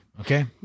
Okay